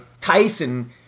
Tyson